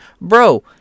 Bro